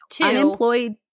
unemployed